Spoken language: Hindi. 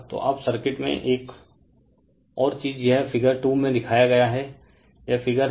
तो अब सर्किट में एक और चीज यह फिगर 2 में दिखाया गया है यह फिगर है